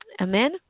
Amen